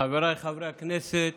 חבריי חברי הכנסת